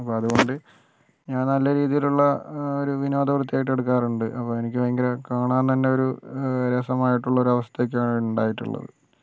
അപ്പം അതുകൊണ്ട് ഞാൻ നല്ല രീതിയിലുള്ള ഒരു വിനോദവൃത്തിയായിട്ട് എടുക്കാറുണ്ട് അപ്പം എനിക്ക് ഭയങ്കര കാണാൻ തന്നെ ഒരു രസമായിട്ടുള്ള ഒരു അവസ്ഥ ഒക്കെ ആണ് ഉണ്ടായിട്ടുള്ളത്